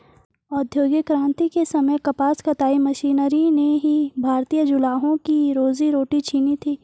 औद्योगिक क्रांति के समय कपास कताई मशीनरी ने ही भारतीय जुलाहों की रोजी रोटी छिनी थी